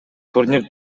турнир